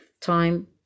Time